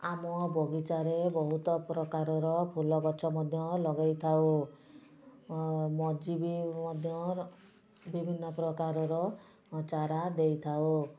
ଆମ ବଗିଚାରେ ବହୁତ ପ୍ରକାରର ଫୁଲଗଛ ମଧ୍ୟ ଲଗେଇଥାଉ ମଞ୍ଜି ବି ମଧ୍ୟର ବିଭିନ୍ନ ପ୍ରକାରର ଚାରା ଦେଇଥାଉ